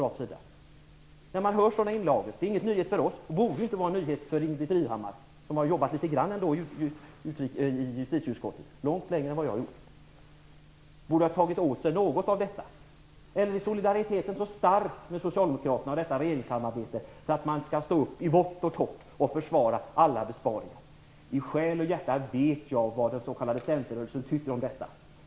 Att höra sådana inlagor är ingen nyhet för oss, och det borde inte vara någon nyhet för Ingbritt Irhammar som har jobbat litet grand i justitieutskottet, mycket längre än vad jag har gjort. Hon borde ha tagit åt sig något av detta. Eller är solidariteten med Socialdemokraterna och detta regeringssamarbete så stark att man skall stå upp i vått och torrt och försvara alla besparingar. I själ och hjärta vet jag vad den s.k. centerrörelsen tycker om detta.